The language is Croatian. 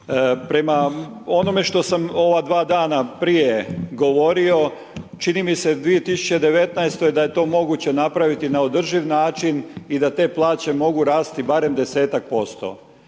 Prema onome što sam ova dva dana prije govorio, čini mi se u 2019.-oj da je to moguće napraviti na održiv način i da te plaće mogu rasti barem 10-tak%.